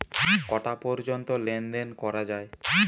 কটা পর্যন্ত লেন দেন করা য়ায়?